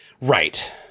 Right